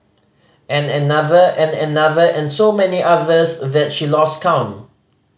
and another and another and so many others that she lost count